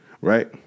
Right